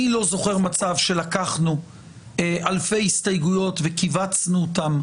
אני לא זוכר מצב שלקחנו אלפי הסתייגויות וכיווצנו אותן,